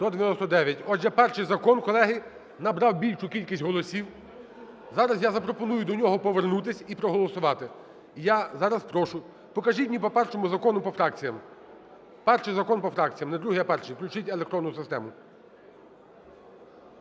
Отже, перший закон, колеги, набрав більшу кількість голосів. Зараз я запропоную до нього повернутись і проголосувати. Я зараз прошу, покажіть мені по першому закону по фракціям. Перший закон по фракціям, не другий, а перший. Включіть електронну систему.